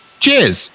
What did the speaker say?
Cheers